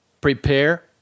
prepare